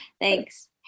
Thanks